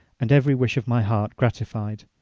and every wish of my heart gratified.